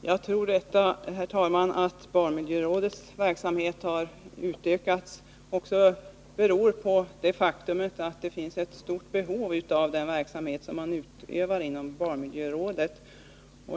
Herr talman! Jag tror att det förhållandet att barnmiljörådets verksamhet har utökats också beror på att det finns ett stort behov av den verksamheten.